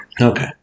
okay